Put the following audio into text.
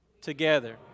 Together